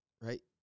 right